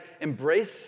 embrace